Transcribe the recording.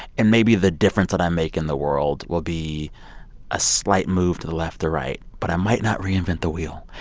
and maybe the difference that i make in the world will be a slight move to the left or right, but i might not reinvent the wheel.